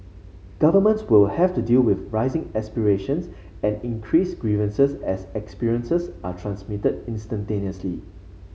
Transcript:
governments will have to deal with rising aspirations and increased grievances as experiences are transmitted instantaneously